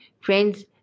friends